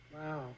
Wow